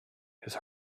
his